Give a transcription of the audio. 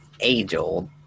age-old